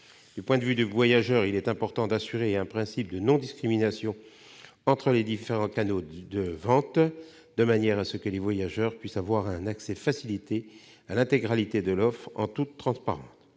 historique. Il est, enfin, important d'assurer un principe de non-discrimination entre les différents canaux de vente, de manière que les voyageurs puissent avoir un accès facilité à l'intégralité de l'offre, en toute transparence.